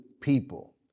people